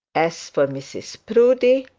as for mrs proudie,